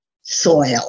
soil